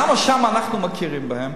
למה שם אנחנו מכירים בהם,